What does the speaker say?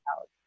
out